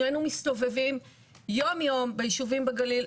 שנינו מסתובבים יום-יום בישובים בגליל,